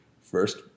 first